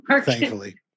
Thankfully